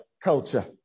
culture